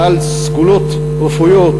בעל סגולות רפואיות,